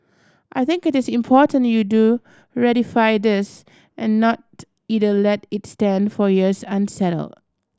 I think it is important you do ratify this and not either let it stand for years unsettled